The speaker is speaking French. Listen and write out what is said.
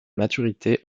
maturité